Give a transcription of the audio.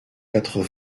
quatre